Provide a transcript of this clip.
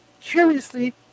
Curiously